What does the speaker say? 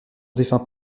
défunt